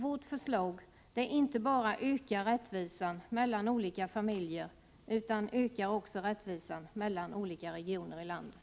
Vårt förslag ökar inte bara rättvisan mellan olika familjer utan ökar också rättvisan mellan olika regioner i landet.